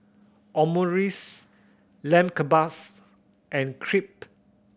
Omurice Lamb Kebabs and Crepe